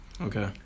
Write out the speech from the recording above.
Okay